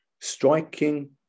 striking